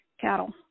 cattle